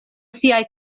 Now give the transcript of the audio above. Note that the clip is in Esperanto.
siaj